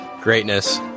greatness